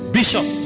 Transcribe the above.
Bishop